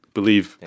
Believe